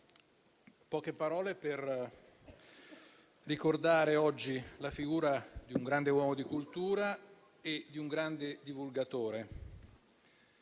poche parole per ricordare oggi la figura di un grande uomo di cultura e di un grande divulgatore,